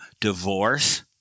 Divorce